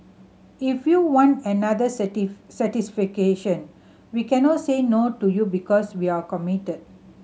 if you want another we cannot say no to you because we're committed